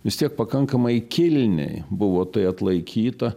vis tiek pakankamai kilniai buvo tai atlaikyta